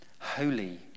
Holy